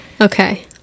okay